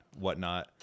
whatnot